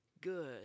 good